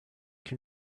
can